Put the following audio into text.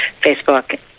Facebook